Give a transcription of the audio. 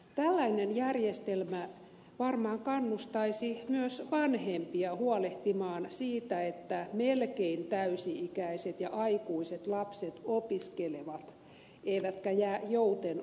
tällainen järjestelmä varmaan kannustaisi myös vanhempia huolehtimaan siitä että melkein täysi ikäiset ja aikuiset lapset opiskelevat eivätkä jää olemaan jouten